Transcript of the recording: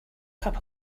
cup